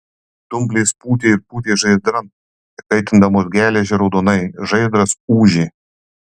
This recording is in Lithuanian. dumplės pūtė ir pūtė žaizdran įkaitindamos geležį raudonai žaizdras ūžė